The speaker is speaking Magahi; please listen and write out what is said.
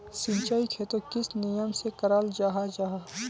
सिंचाई खेतोक किस नियम से कराल जाहा जाहा?